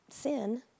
sin